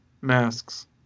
masks